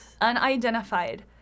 unidentified